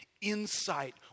insight